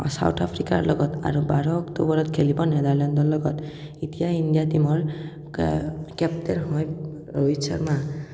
south আফ্ৰিকাৰ লগত আৰু বাৰ অক্টোবৰত খেলিব নেডাৰলেণ্ডৰ লগত এতিয়া ইণ্ডিয়া টীমৰ কেপ্টেইন হয় ৰোহিত শৰ্মা